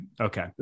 Okay